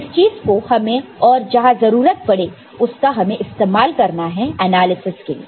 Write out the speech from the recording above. इस चीज को हमें और जहां जरूरत पड़े उसका हमें इस्तेमाल करना है एनालिसिस के लिए